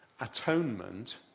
atonement